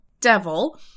devil